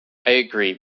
agree